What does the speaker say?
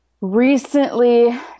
recently